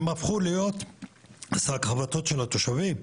הם הפכו להיות שק חבטות של התושבים.